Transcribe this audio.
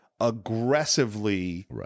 aggressively –